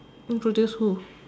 introduce who